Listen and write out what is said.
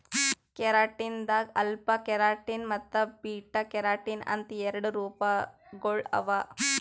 keratin ದಾಗ್ alpha keratin ಮತ್ತ್ beta keratin ಅಂತ್ ಎರಡು ರೂಪಗೊಳ್ ಅವಾ